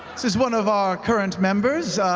this is one of our current members,